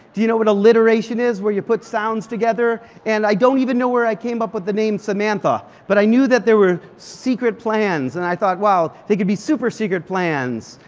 do you know what alliteration is? where you put sounds together? and i don't even know where i came up with the name samantha. but i knew that there were secret plans. and i thought well, they could be super secret plans.